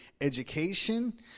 education